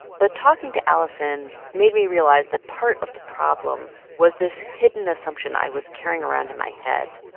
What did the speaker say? but talking to alison made me realize that part of the problem was this hidden assumption i was carrying around in my head.